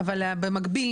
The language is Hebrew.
אבל במקביל,